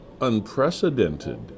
unprecedented